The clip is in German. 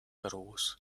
groß